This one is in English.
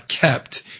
kept